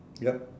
yup